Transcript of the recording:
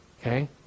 Okay